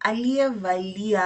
Aliyevalia